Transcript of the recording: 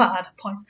what are the points